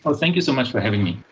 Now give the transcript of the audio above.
so thank you so much for having me.